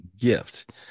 gift